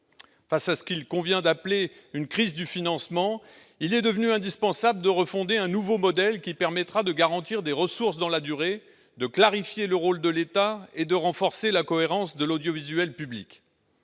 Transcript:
Face à ce qu'il convient d'appeler « une crise du financement », il est devenu indispensable de refonder un nouveau modèle qui permettra de garantir des ressources dans la durée, de clarifier le rôle de l'État et de renforcer la cohérence de l'audiovisuel public.